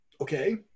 Okay